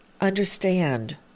understand